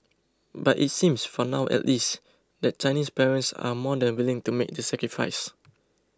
but it seems for now at least that Chinese parents are more than willing to make the sacrifice